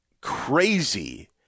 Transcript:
crazy